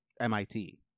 MIT